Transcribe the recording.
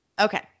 Okay